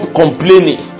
complaining